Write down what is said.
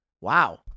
Wow